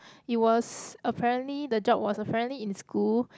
it was apparently the job was apparently in school